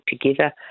together